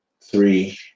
Three